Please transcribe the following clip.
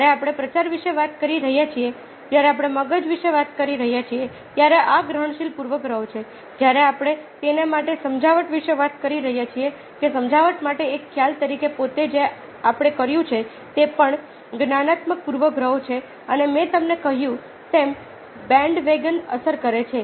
જ્યારે આપણે પ્રચાર વિશે વાત કરી રહ્યા છીએ જ્યારે આપણે મગજ ધોવા વિશે વાત કરી રહ્યા છીએ ત્યારે આ ગ્રહણશીલ પૂર્વગ્રહો છે જ્યારે આપણે તેના માટે સમજાવટ વિશે વાત કરી રહ્યા છીએ કે સમજાવટ માટે એક ખ્યાલ તરીકે પોતે જે આપણે કર્યું છે તે પણ જ્ઞાનાત્મક પૂર્વગ્રહ છે અને મેં તમને કહ્યું તેમ બેન્ડવેગન અસર છે